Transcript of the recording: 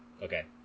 Okay